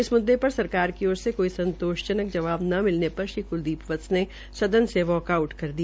इस मुद्दे पर सरकार की ओर से कोई संतोषजनक जवा न मिलने पर श्री कुलदीप वत्स ने सदन से वाकआउट कर दिया